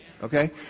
Okay